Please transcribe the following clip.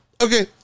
Okay